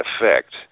effect